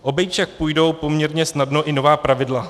Obejít však půjdou poměrně snadno i nová pravidla.